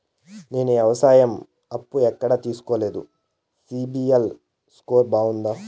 నేను వ్యవసాయం అప్పు ఎక్కడ తీసుకోలేదు, సిబిల్ స్కోరు బాగుందా?